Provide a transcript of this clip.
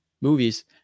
movies